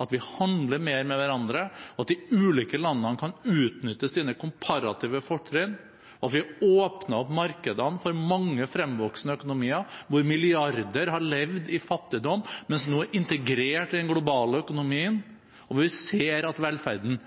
at vi handler mer med hverandre, at de ulike landene kan utnytte sine komparative fortrinn, og at vi åpner opp markedene for mange fremvoksende økonomier, hvor milliarder har levd i fattigdom, men nå er integrert i den globale økonomien. Og vi ser at velferden